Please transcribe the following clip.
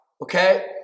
okay